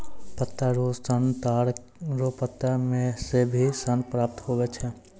पत्ता रो सन ताड़ रो पत्ता से भी सन प्राप्त हुवै छै